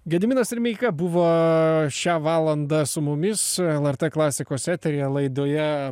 gediminas rimeika buvo šią valandą su mumis lrt klasikos eteryje laidoje